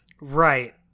Right